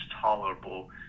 tolerable